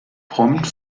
prompt